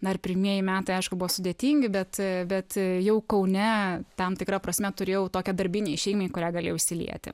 na ir pirmieji metai aišku buvo sudėtingi bet bet jau kaune tam tikra prasme turėjau tokią darbinę šeimą į kurią galėjau įsilieti